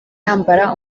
yambara